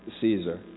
Caesar